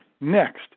Next